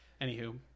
Anywho